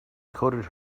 coated